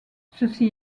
ceci